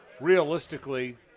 realistically